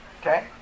Okay